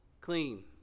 clean